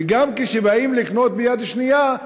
וגם כשבאים לקנות מיד שנייה,